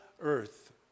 earth